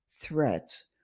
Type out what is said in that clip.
threats